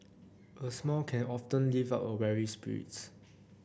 a smile can often lift a weary spirits